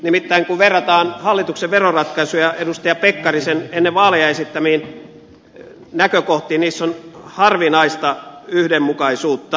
nimittäin kun verrataan hallituksen veroratkaisuja edustaja pekkarisen ennen vaaleja esittämiin näkökohtiin niissä on harvinaista yhdenmukaisuutta